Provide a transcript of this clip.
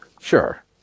Sure